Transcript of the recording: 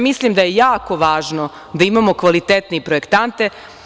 Mislim da je jako važno da imamo kvalitetne i projektante.